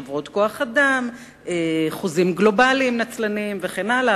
חברות כוח-אדם, חוזים גלובליים נצלניים וכן הלאה.